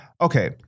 Okay